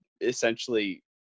essentially